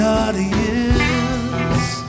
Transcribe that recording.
audience